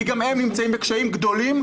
כי גם הם נמצאים בקשיים גדולים.